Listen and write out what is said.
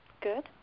Good